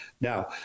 Now